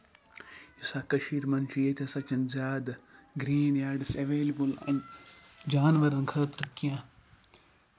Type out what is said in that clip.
یُس سا کٔشیٖر منٛز چھُ ییٚتہِ ہسا چھِنہٕ زیادٕ گریٖن یاڈس ایویلیبٔل جانورن خٲطرٕ کیٚنہہ